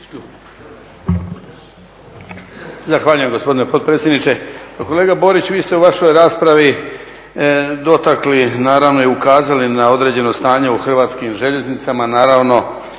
Zahvaljujem gospodine potpredsjedniče. Pa kolega Borić, vi ste u vašoj raspravi dotakli naravno i ukazali na određeno stanje u Hrvatskim željeznicama. Naravno